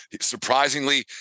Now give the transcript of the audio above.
Surprisingly